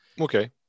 Okay